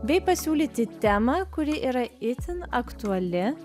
bei pasiūlyti temą kuri yra itin aktuali